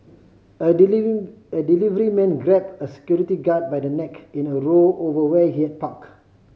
a a delivery man grabbed a security guard by the neck in a row over where he had parked